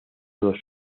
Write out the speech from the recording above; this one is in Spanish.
dos